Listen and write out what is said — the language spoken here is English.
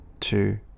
two